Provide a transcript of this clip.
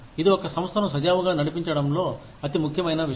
ఇది ఒక సంస్థను సజావుగా నడిపించడంలో అతి ముఖ్యమైన విషయం